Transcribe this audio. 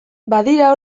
badira